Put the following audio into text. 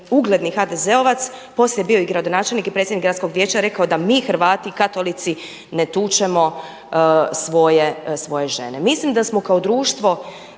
ugledni HDZ-ovac poslije bio i gradonačelnik i predsjednik Gradskog vijeća rekao da mi Hrvati, Katolici ne tučemo svoje žene. Mislim da smo kao društvo